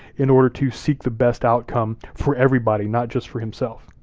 in order to seek the best outcome for everybody, not just for himself.